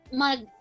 mag